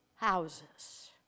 houses